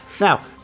Now